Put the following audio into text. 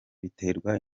biterwa